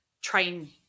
train